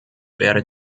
wäre